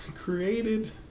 Created